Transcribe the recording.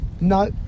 No